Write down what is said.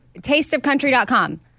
Tasteofcountry.com